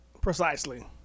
Precisely